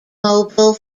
mobile